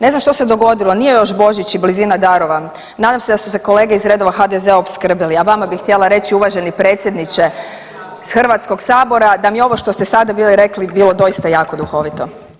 Ne znam što se dogodilo, nije još Božić i blizina darova, nadam se da su se kolege iz redova HDZ-a opskrbili a vama bi htjela reći uvaženi predsjedniče Hrvatskog sabora da mi ovo što ste sad bili rekli je bilo dosta jako duhovito.